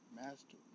master